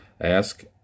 Ask